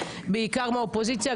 בעיקר מהאופוזיציה,